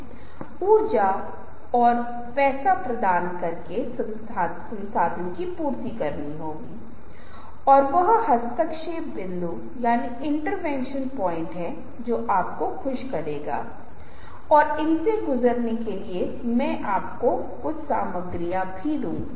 हालांकि यह सिर्फ इतना अच्छा नहीं है कि मैं आपके साथ इन अंकों को साझा करने में एक घंटा बिताता हूं बल्की बेहतर और अधिक प्रेरक संचारक बनने के लिए या अपने जीवन के विभिन्न क्षेत्रों में अनुनय का अभ्यास करने के लिए आपको अपने जीवन में इसका अभ्यास करना सीखना चाहिए